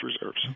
reserves